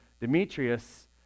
Demetrius